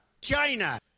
China